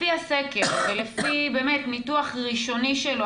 לפי הסקר ולפי באמת ניתוח ראשוני שלו,